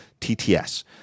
TTS